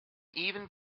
even